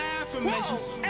Affirmations